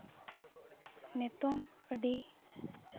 ᱱᱤᱛᱚᱜ ᱟᱹᱰᱤ